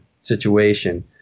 situation